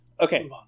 Okay